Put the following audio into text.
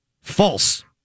False